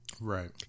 Right